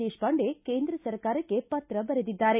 ದೇಶಪಾಂಡೆ ಕೇಂದ್ರ ಸರ್ಕಾರಕ್ಕೆ ಪತ್ರ ಬರೆದಿದ್ದಾರೆ